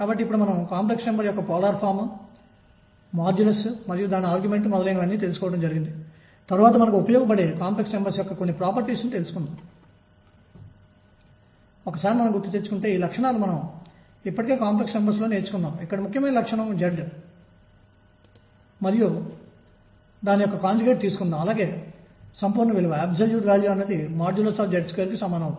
కాబట్టి ఇది mvx దీనిని 0 నుండి T కి సమాకలనం చేయడం జరిగింది మరియు ఇది 0 నుండి Tవరకు mvx2dt చర్య అని పిలువబడే పరిమాణం